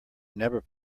never